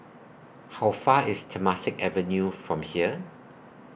How Far IS Temasek Avenue from here